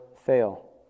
fail